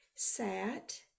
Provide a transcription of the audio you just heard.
sat